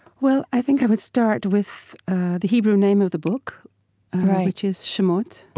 well, i think i would start with the hebrew name of the book, right which is sh'mot,